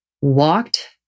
walked